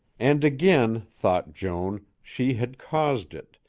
and again, thought joan, she had caused it,